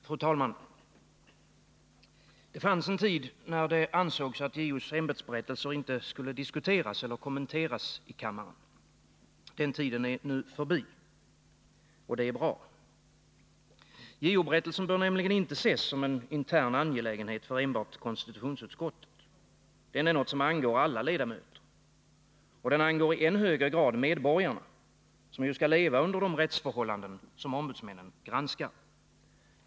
Fru talman! Det fanns en tid när det ansågs att JO:s ämbetsberättelser inte skulle diskuteras eller kommenteras i kammaren. Den tiden är nu förbi. Och det är bra. JO-berättelsen bör nämligen inte ses som en intern angelägenhet för enbart konstitutionsutskottet. Den är något som angår alla ledamöter. Den angår i än högre grad medborgarna, som skall leva under de rättsförhållanden som ombudsmännen granskar.